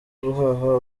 guhaha